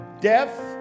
death